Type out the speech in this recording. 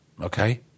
okay